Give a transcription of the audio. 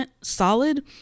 solid